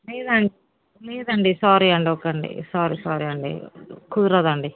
please అండి please అండి sorry అండి సారీ సారీ అండి కుదరదండి